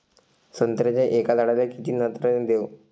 संत्र्याच्या एका झाडाले किती नत्र देऊ?